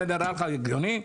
זה נראה לך הגיוני?